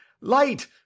light